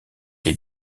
les